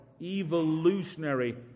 evolutionary